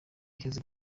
iheze